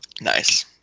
nice